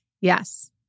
Yes